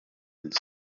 nzu